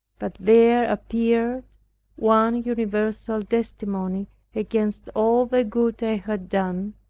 but there appeared one universal testimony against all the good i had done,